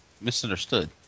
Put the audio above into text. Misunderstood